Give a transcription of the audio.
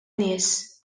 nies